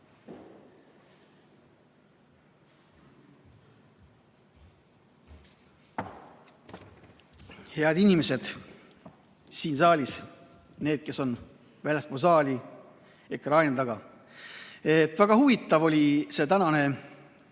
Head inimesed siin saalis ja need, kes on väljaspool saali ekraanide taga! Väga huvitav oli see tänane